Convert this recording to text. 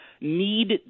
need